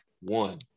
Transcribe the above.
one